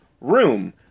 room